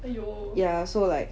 ya so like